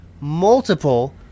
multiple